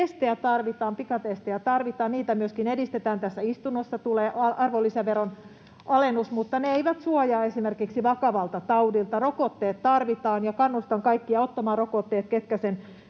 pikatestejä tarvitaan ja niitä myöskin edistetään — tässä istunnossa tulee arvonlisäveron alennus — ne eivät suojaa esimerkiksi vakavalta taudilta. Rokotteet tarvitaan, ja kannustan kaikkia, ketkä sen voivat